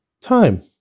time